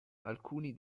alcuni